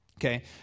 Okay